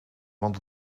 want